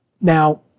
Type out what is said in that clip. Now